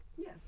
Yes